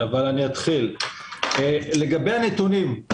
אתחיל: לגבי הנתונים,